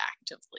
actively